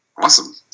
Awesome